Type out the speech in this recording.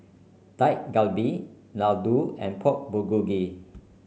Dak Galbi Ladoo and Pork Bulgogi